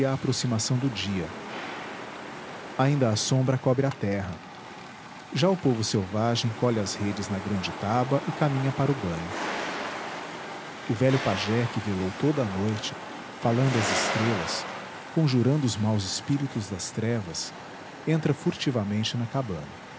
aproximação do dia ainda a sombra cobre a terra já o povo selvagem colhe as redes na grande taba e caminha para o banho o velho pajé que velou toda a noite falando às estrelas conjurando os maus espíritos das trevas entra furtivamente na cabana